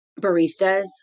Baristas